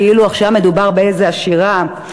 כאילו עכשיו מדובר באיזו עשירה.